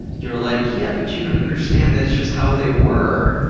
you're like, yeah, but you don't understand. that's just how they were.